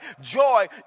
joy